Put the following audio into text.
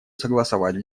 согласовать